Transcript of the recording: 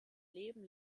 leben